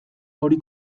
hori